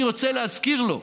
אני רוצה להזכיר לו: